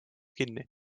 kinni